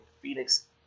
Phoenix